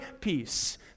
peace